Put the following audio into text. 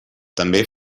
també